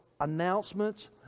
announcements